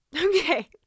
Okay